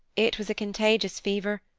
it was a contagious fever,